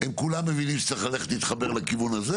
הם כולם מבינים שצריך ללכת להתחבר לכיוון הזה.